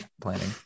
planning